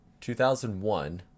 2001